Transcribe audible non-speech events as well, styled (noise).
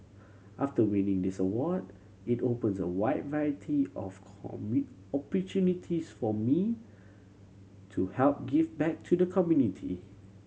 after winning this award it opens a wide variety of (unintelligible) opportunities for me to help give back to the community